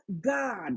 god